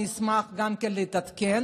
אני אשמח גם להתעדכן,